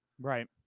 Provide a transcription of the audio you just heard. Right